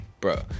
bro